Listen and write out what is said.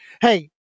Hey